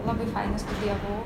labai fainai nestudijavau